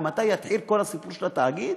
ומתי יתחיל כל הסיפור של התאגיד,